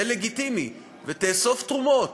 זה לגיטימי, ותאסוף תרומות.